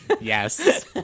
Yes